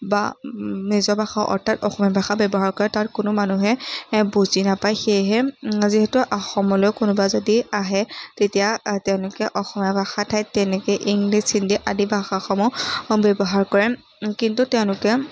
বা নিজৰ ভাষা অৰ্থাৎ অসমীয়া ভাষা ব্যৱহাৰ কৰে তাত কোনো মানুহে বুজি নাপায় সেয়েহে যিহেতু অসমলৈ কোনোবা যদি আহে তেতিয়া তেওঁলোকে অসমীয়া ভাষা ঠাইত তেনেকৈ ইংলিছ হিন্দী আদি ভাষাসমূহ ব্যৱহাৰ কৰে কিন্তু তেওঁলোকে